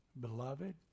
Beloved